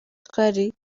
twari